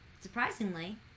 Surprisingly